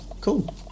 Cool